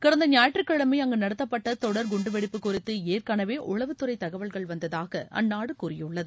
கடந்த ஞாயிற்றுக்கிழமை அங்கு நடத்தப்பட்ட தொடர் குண்டு வெடிப்பு குறித்து ஏற்கனவே உளவுத்துறை தகவல்கள் வந்ததாக அந்நாடு கூறியுள்ளது